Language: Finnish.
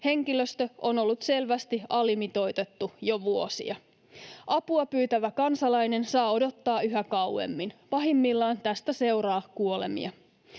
Henkilöstö on ollut selvästi alimitoitettu jo vuosia. Apua pyytävä kansalainen saa odottaa yhä kauemmin. Pahimmillaan tästä seuraa kuolemia.